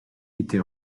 été